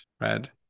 red